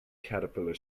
caterpillar